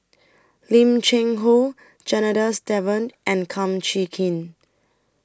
Lim Cheng Hoe Janadas Devan and Kum Chee Kin